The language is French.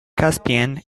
caspienne